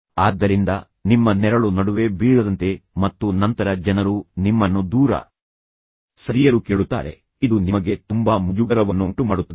ಆದ್ದರಿಂದ ನಿಮ್ಮ ನೆರಳು ನಡುವೆ ಬೀಳದಂತೆ ಮತ್ತು ನಂತರ ಅದು ಅಡಗಿಕೊಳ್ಳುತ್ತದೆ ಮತ್ತು ನಂತರ ಜನರು ನಿಮ್ಮನ್ನು ದೂರ ಸರಿಯಲು ಕೇಳುತ್ತಾರೆ ಇದು ನಿಮಗೆ ತುಂಬಾ ಮುಜುಗರವನ್ನುಂಟು ಮಾಡುತ್ತದೆ